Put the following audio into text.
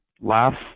laughs